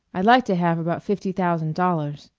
i'd like to have about fifty thousand dollars.